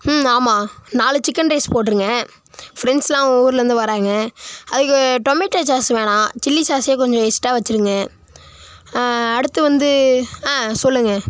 ஹும் ஆமாம் நாலு chicken rice போட்டிருங்க ஃப்ரெண்ட்ஸெலாம் ஊர்லேருந்து வராங்க அதுக்கு டொமேட்டோ சாஸ் வேணாம் சில்லி சாஸே கொஞ்சம் எக்ஸ்டா வச்சுருங்க அடுத்து வந்து சொல்லுங்க